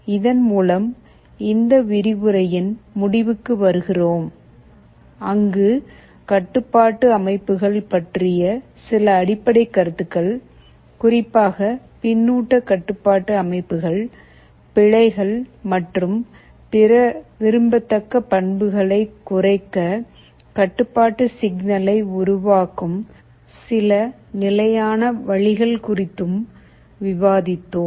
இதன் மூலம் இந்த விரிவுரையின் முடிவுக்கு வருகிறோம் அங்கு கட்டுப்பாட்டு அமைப்புகள் பற்றிய சில அடிப்படைக் கருத்துக்கள் குறிப்பாக பின்னூட்டக் கட்டுப்பாட்டு அமைப்புகள் பிழைகள் மற்றும் பிற விரும்பத்தக்க பண்புகளைக் குறைக்க கட்டுப்பாட்டு சிக்னலை உருவாக்கும் சில நிலையான வழிகள் குறித்தும் விவாதித்தோம்